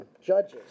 judges